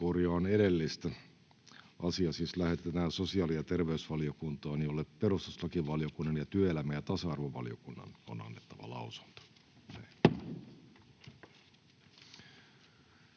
ehdottaa, että asia lähetetään sosiaali- ja terveysvaliokuntaan, jolle perustuslakivaliokunnan ja työelämä- ja tasa-arvovaliokunnan on annettava lausunto.